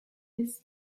his